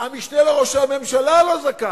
המשנה לראש הממשלה לא זכאי?